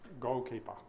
goalkeeper